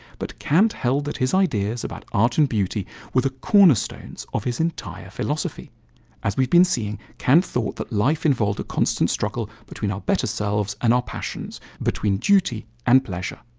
but kant held that his ideas about art and beauty were the cornerstones of his entire philosophy as we've been seeing, kant thought that life involved a constant struggle between our better selves and our passions, between duty and pleasure.